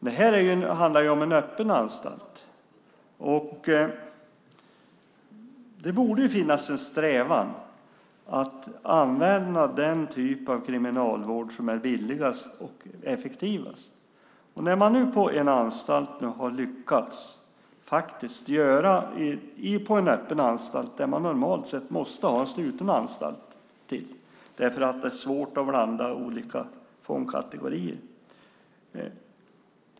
Det här handlar om en öppen anstalt, och det borde finnas en strävan att använda den typ av kriminalvård som är billigast och effektivast. Det är en öppen anstalt där man faktiskt har lyckats göra det man normalt sett måste ha en sluten anstalt till därför att det är svårt att blanda olika fångkategorier.